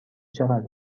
چقدر